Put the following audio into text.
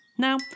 Now